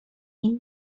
این